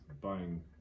buying